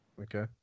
Okay